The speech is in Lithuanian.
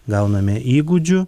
gauname įgūdžių